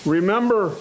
Remember